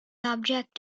object